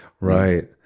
Right